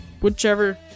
whichever